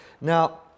now